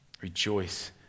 Rejoice